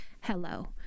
HELLO